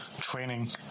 training